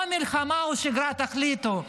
או מלחמה או שגרה, תחליטו.